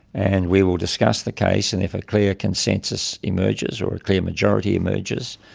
and we will discuss the case, and if a clear consensus emerges or a clear majority emerges,